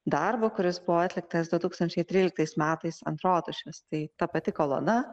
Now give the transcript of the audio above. darbu kuris buvo atliktas du tūkstančiai tryliktais metais ant rotušės tai ta pati kolona